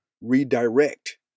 redirect